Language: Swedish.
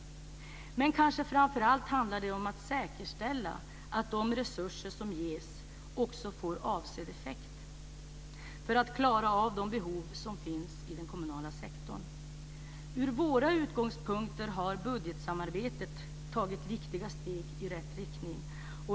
Men det handlar kanske framför allt om att säkerställa att de resurser som ges får avsedd effekt för att man ska klara av de behov som finns i den kommunala sektorn. Från våra utgångspunkter har budgetsamarbetet tagit viktiga steg i rätt riktning.